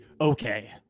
okay